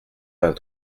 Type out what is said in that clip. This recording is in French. vingt